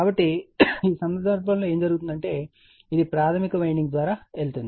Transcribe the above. కాబట్టి ఈ సందర్భంలో ఏమి జరుగుతుందంటే ఇది ప్రాధమిక వైండింగ్ ద్వారా వెళుతుంది